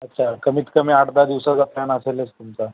अच्छा कमीत कमी आठ दहा दिवसाचा प्लॅन असेलच तुमचा